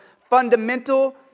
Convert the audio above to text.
fundamental